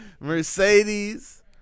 Mercedes